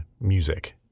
music